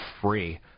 free